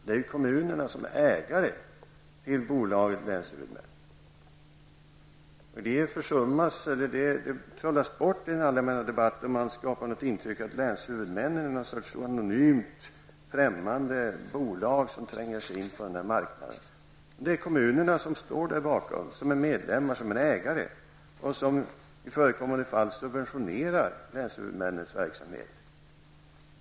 Det är ju kommunerna som är ägare till länshuvudmännen. Det trollas bort i den allmänna debatten. Man skapar ett intryck av att länshuvudmännen är något slags anonymt, främmande bolag som tränger sig in på den här marknaden. Det är kommunerna som står bakom, som är medlemmar och ägare. I förekommande fall subventionerar de länshuvudmännens verksamhet.